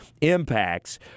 impacts